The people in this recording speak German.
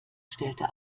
stellte